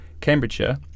Cambridgeshire